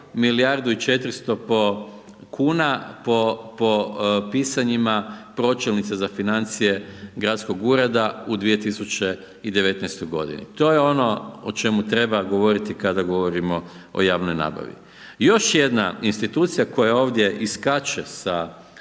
milijardu i 400 kuna po pisanjima pročelnice za financije gradskog ureda u 2019.g., to je ono o čemu treba govoriti kada govorimo o javnoj nabavi. Još jedna institucija koja ovdje iskače sa